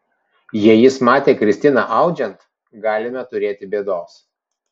jei jis matė kristiną audžiant galime turėti bėdos